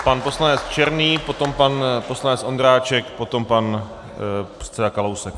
Pan poslanec Černý, potom pan poslanec Ondráček, potom pan předseda Kalousek.